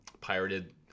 pirated